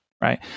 right